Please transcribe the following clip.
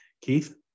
Keith